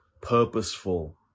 purposeful